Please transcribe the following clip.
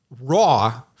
raw